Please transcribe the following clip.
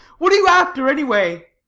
what are you after anyway?